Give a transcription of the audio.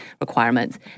requirements